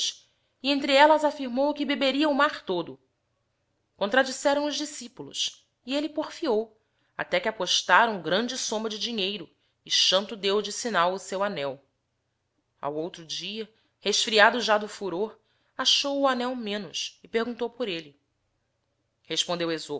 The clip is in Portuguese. entre ellas aífirmou que beberia o mar todo contradisserão os discípulos e elle porfiou até que apostarão grande somma de dinheiro e xanlo deo de sinal o seu annel ao outro dia resfriado já do furor achou o annel menos e perguntou por elle respondeo